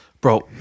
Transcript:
Bro